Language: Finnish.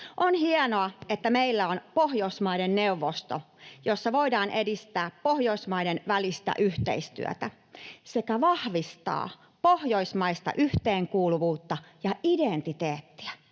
On hienoa, että meillä on Pohjoismaiden neuvosto, jossa voidaan edistää Pohjoismaiden välistä yhteistyötä sekä vahvistaa pohjoismaista yhteenkuuluvuutta ja identiteettiä.